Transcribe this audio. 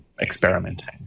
experimenting